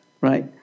Right